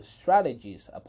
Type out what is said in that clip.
strategies